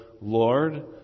Lord